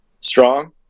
strong